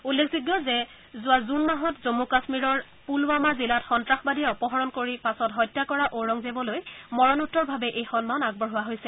উল্লেখযোগ্য যে যোৱা জুন মাহত জম্মু কাশ্মীৰৰ পুলৱামা জিলাত সন্তাসবাদীয়ে অপহৰণ কৰি পাছত হত্যা কৰা ঔৰংজেৱলৈ মৰণোত্তৰভাৱে এই সন্মান আগবঢ়োৱা হৈছে